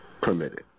permitted